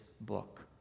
book